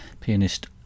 pianist